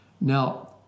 Now